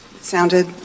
sounded